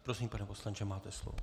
Prosím, pane poslanče, máte slovo.